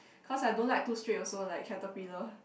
cause I don't like too straight also like caterpillar